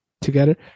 together